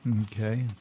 Okay